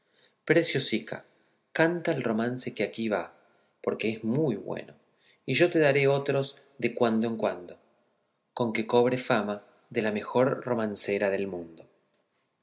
preciosica canta el romance que aquí va porque es muy bueno y yo te daré otros de cuando en cuando con que cobres fama de la mejor romancera del mundo